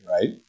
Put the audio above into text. right